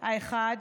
האחד,